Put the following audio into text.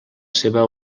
seva